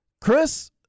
Chris